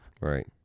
Right